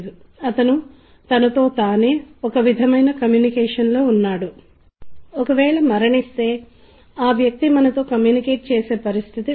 మరియు మీరు సంగీతాన్ని ఉపయోగించుకునే మల్టీమీడియా ప్రదర్శనను చేయాలనుకుంటే ఇది చాలా ముఖ్యమైనది